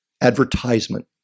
advertisement